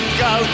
go